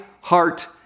heart